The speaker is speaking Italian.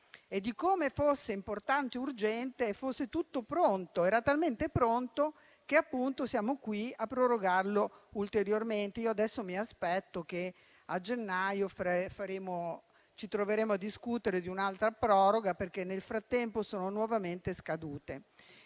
e di come fosse importante, urgente e fosse tutto pronto. Era talmente pronto che siamo qui a prorogarlo ulteriormente. Mi aspetto che a gennaio ci troveremo a discutere di un'altra proroga perché nel frattempo sono nuovamente scadute.